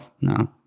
no